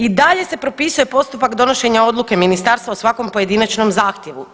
I dalje se propisuje postupak donošenja odluke Ministarstva o svakom pojedinačnom zahtjevu.